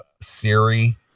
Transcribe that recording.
Siri